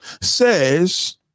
says